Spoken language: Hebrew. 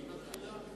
היא מתחילה?